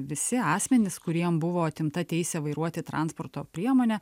visi asmenys kuriem buvo atimta teisė vairuoti transporto priemonę